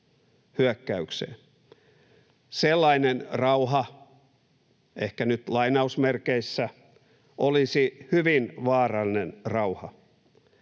hyökkäykseen. Sellainen rauha, ehkä nyt lainausmerkeissä, olisi hyvin vaarallinen rauha.